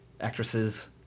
Actresses